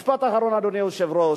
משפט אחרון, אדוני היושב-ראש.